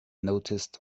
noticed